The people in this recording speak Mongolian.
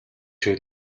шүү